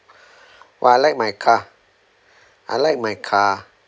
well I like my car I like my car